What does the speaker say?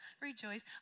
rejoice